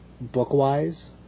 book-wise